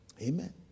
Amen